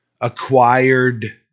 acquired